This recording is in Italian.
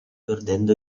perdendo